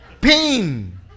pain